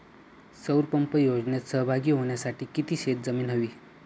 सौर पंप योजनेत सहभागी होण्यासाठी किती शेत जमीन हवी?